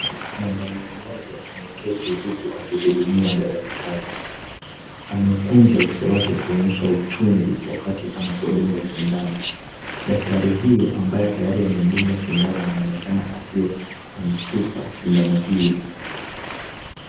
Mwanaume mmoja ameketi huku akihudumiwa na daktari. Amekunja uso wake kuonyesha uchungu wakati anapodungwa sindano. Daktari huyo ambaye tayari amemdunga sindano anaonekana akiwa anatupa sindano hiyo.